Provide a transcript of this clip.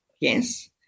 Yes